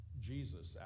Jesus